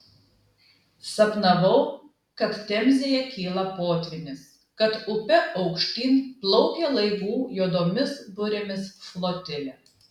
sapnavau kad temzėje kyla potvynis kad upe aukštyn plaukia laivų juodomis burėmis flotilė